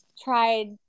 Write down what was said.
tried